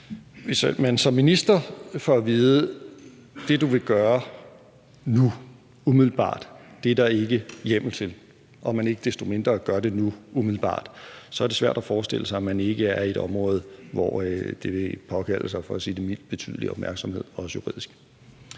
Hvis man som minister får at vide, at det, man umiddelbart vil gøre nu, er der ikke hjemmel til, og man ikke desto mindre umiddelbart gør det nu, så er det svært at forestille sig, at man ikke er i et område, hvor det vil påkalde sig for at sige det mildt betydelig opmærksomhed, også juridisk.